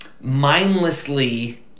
mindlessly